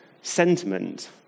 sentiment